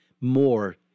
More